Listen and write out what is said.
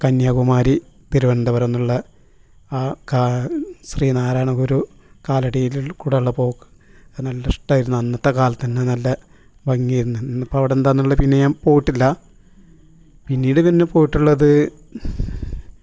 കന്യാകുമാരി തിരുവനന്തപുരംന്നുള്ള ആ കാ ശ്രീ നാരായണ ഗുരു കാലടിയിൽ കൂടെയുള്ളപ്പോൾ അത് നല്ല ഇഷ്ടമായിരുന്നു അന്നത്തെ കാലത്ത് തന്നെ നല്ല ഭംഗിയായിരുന്നു ഇന്ന് ഇപ്പോൾ അവിടെന്താണുള്ളത് പിന്നെ ഞാൻ പോയിട്ടില്ല പിന്നീട് പിന്നെ പോയിട്ടുള്ളത്